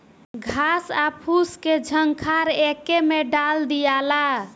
घास आ फूस के झंखार एके में डाल दियाला